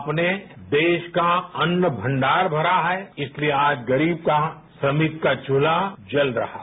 आपने देश का अन्नभंडार भरा है इसलिए आज गरीब का श्रमिक का चूल्हा जल रहा है